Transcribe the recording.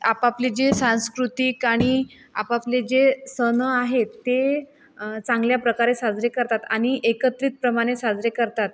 आपापले जे सांस्कृतिक आणि आपापले जे सण आहेत ते चांगल्या प्रकारे साजरे करतात आणि एकत्रित प्रमाणे साजरे करतात